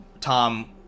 tom